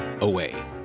away